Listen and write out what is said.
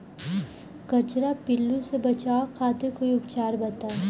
कजरा पिल्लू से बचाव खातिर कोई उपचार बताई?